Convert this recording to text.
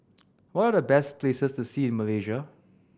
what are the best places to see in Malaysia